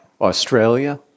Australia